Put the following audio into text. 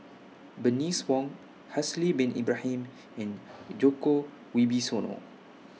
Bernice Wong Haslir Bin Ibrahim and Djoko Wibisono